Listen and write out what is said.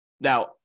Now